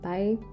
Bye